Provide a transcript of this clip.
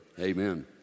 Amen